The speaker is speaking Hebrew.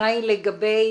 לגבי